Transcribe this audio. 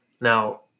Now